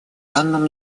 данном